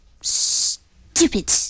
stupid